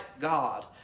God